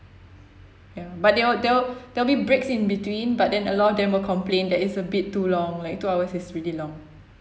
ya but there will there will there will breaks in between but then a lot of them will complain that it's a bit too long like two hours is really long